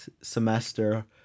semester